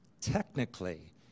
technically